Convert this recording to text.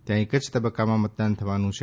ત્યાં એક જ તબક્કામાં મતદાન થવાનું છે